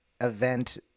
event